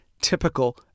typical